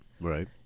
right